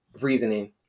reasoning